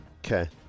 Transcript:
Okay